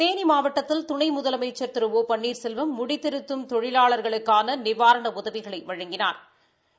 தேனி மாவட்டத்தில் துணை முதலமைச்சர் திரு ஒ பன்னீர்செல்வம் முடித்திருத்தும் தொழிலாளா்களுக்கான நிவாரண உதவிகளை வழங்கினாா்